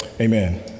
amen